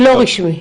לא רשמי.